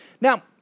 Now